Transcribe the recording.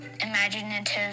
imaginative